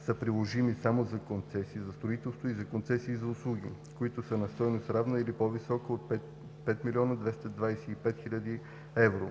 са приложими само за концесии за строителство и за концесии за услуги, които са на стойност, равна или по-висока от 5 млн. 225 хил. евро.